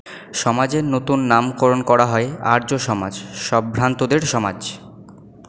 সমাজের নতুন নামকরণ করা হয় আর্য সমাজ সম্ভ্রান্তদের সমাজ